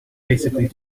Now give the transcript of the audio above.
basically